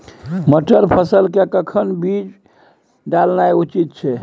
मटर फसल के कखन बीज डालनाय उचित छै?